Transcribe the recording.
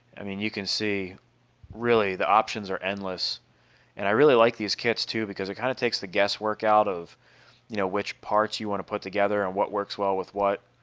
i mean you can see really the options are endless and i really like these kits too because it kind of takes the guesswork out of you know which parts you want to put together and what works well with what?